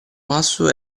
passo